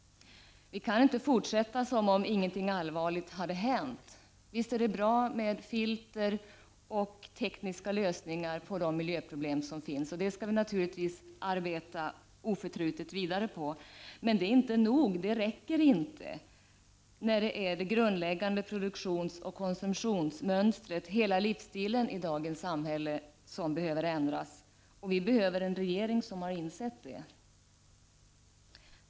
Vi kan inte fortsätta som om ingenting allvarligt hade hänt. Visst är det bra med filter och tekniska lösningar på de miljöproblem som finns. Sådana skall vi naturligtvis oförtrutet arbeta vidare på. Men det är inte nog. Det räcker inte när det är det grundläggande produktionsoch konsumtionsmönstret, hela livsstilen i dagens samhälle, som behöver ändras. Vi behöver en regering som har insett det.